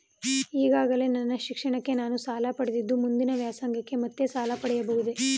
ಈಗಾಗಲೇ ನನ್ನ ಶಿಕ್ಷಣಕ್ಕೆ ನಾನು ಸಾಲ ಪಡೆದಿದ್ದು ಮುಂದಿನ ವ್ಯಾಸಂಗಕ್ಕೆ ಮತ್ತೆ ಸಾಲ ಪಡೆಯಬಹುದೇ?